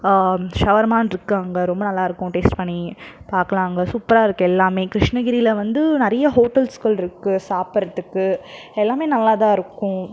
ஷவர்மான்னு இருக்குது அங்கே ரொம்ப நல்லாருக்கும் டேஸ்ட் பண்ணி பார்க்கலாம் அங்கே சூப்பராக இருக்குது எல்லாமே கிருஷ்ணகிரியில் வந்து நிறைய ஹோட்டல்ஸ்கள் இருக்குது சாப்புடுறதுக்கு எல்லாமே நல்லாதாக இருக்கும்